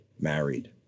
married